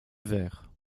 verre